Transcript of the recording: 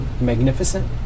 magnificent